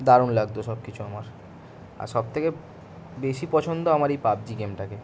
দারুণ লাগত সব কিছু আমার আর সব থেকে বেশি পছন্দ আমার এই পাবজি গেমটাকে